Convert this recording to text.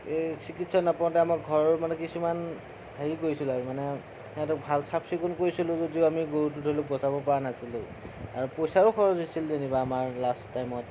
চিকিৎসক নাপাওঁতে আমাৰ ঘৰৰ মানে কিছুমান হেৰি কৰিছিলে আৰু মানে সিহঁতক ভাল চাফ চিকুণ কৰিছিলোঁ যদিও আমি গৰুটো ধৰি লওঁক বচাব পৰা নাছিলোঁ আৰু পইচাও খৰচ হৈছিল যেনিবা আমাৰ লাষ্ট টাইমত